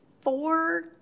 four